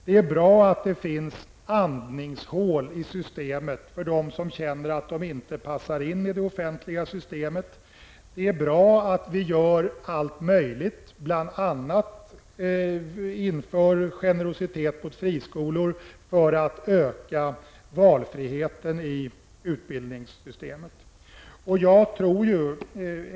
Det är bra att det finns andningshål i systemet för dem som känner att de inte passar in i det offentliga systemet. Det är bra att vi gör allt möjligt, bl.a. att vi visar generositet mot friskolor för att öka valfriheten i utbildningssystemet.